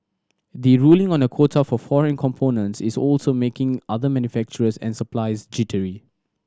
the ruling on a quota for foreign components is also making other manufacturers and suppliers jittery